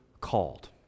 called